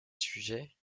sujet